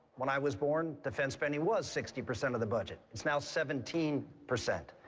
when i was born, defense spending was sixty percent of the budget. it's now seventeen percent.